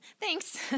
thanks